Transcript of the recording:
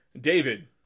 David